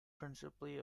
principally